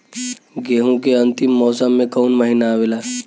गेहूँ के अंतिम मौसम में कऊन महिना आवेला?